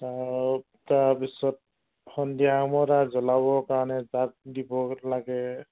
তাৰ তাৰপিছত সন্ধিয়া সময়ত আৰু জ্বলাবৰ কাৰণে জাগ দিব লাগে